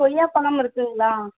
கொய்யாப்பழம் இருக்குங்களா